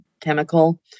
chemical